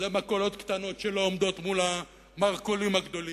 אלה מכולות קטנות שלא עומדות מול המרכולים הגדולים,